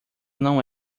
não